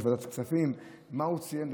יושב-ראש ועדת הכספים, מה הוא ציין?